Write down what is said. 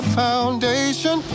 foundation